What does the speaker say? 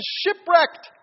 shipwrecked